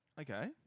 Okay